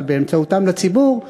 ובאמצעותם לציבור,